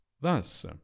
thus